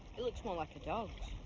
it looks more like a dog's.